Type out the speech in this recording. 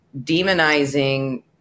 demonizing